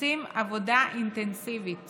עושים עבודה אינטנסיבית